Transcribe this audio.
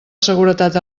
seguretat